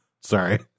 Sorry